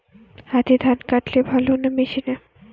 হাতে ধান কাটলে ভালো না মেশিনে?